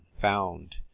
found